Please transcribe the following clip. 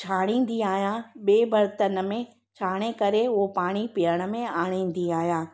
छाणींदी आहियां ॿिए बर्तन में छाणे करे उहो पाणी पीअण में आणींदी आहियां